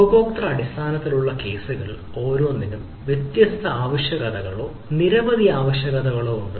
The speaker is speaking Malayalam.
ഉപഭോക്തൃ അടിസ്ഥാനത്തിലുള്ള കേസുകൾ ഓരോന്നിനും വ്യത്യസ്ത ആവശ്യകതകളോ നിരവധി ആവശ്യകതകളോ ഉണ്ട്